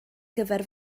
gyfer